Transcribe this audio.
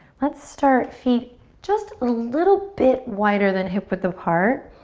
let's start feet just a little bit wider than hip width apart.